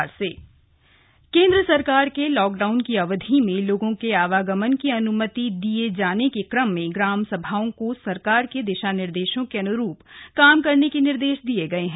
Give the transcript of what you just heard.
मुख्य सचिव केंद्र सरकार के लॉकडाउन की अवधि में लोगों के आवागमन की अन्मति दिये जाने के क्रम में ग्राम सभाओं को सरकार के दिशा निर्देशों के अन्रूप काम करने के निर्देश दिये गए हैं